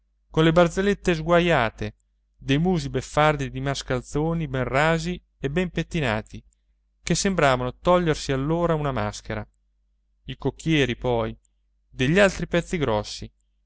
con le barzellette sguaiate dei musi beffardi di mascalzoni ben rasi e ben pettinati che sembravano togliersi allora una maschera i cocchieri poi degli altri pezzi grossi